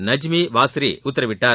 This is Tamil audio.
நஜ்மி வாஸ்னி உத்தரவிட்டார்